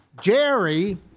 Jerry